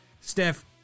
Steph